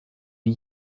wie